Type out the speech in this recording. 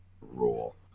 rule